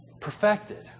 Perfected